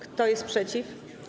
Kto jest przeciw?